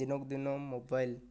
ଦିନକୁ ଦିନ ମୋବାଇଲ